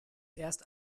erst